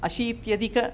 अशीत्यधिकम्